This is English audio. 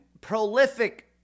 prolific